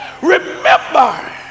Remember